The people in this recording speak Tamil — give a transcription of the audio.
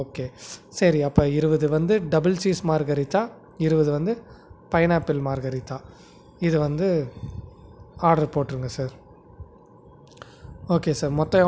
பற்றவே கிடையாது கடைசில பர்னர் ஓட்டை ஏன்டா வாங்கிட்டு வந்தோன்னு மறுபடி கடைக்கு கொண்டு போய் கொடுத்தேன் அவரு பர்னரை மாற்றி கொடுத்தாரு மறுபடி கொண்டு வந்து மறுபடி பற்ற வச்சா டேங்க்கிலையே லீக்காகுது